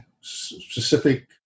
specific